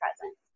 present